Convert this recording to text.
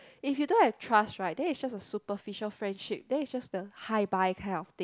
if you don't have trust right then it is just a superficial friendship then it is just the hi bye kind of thing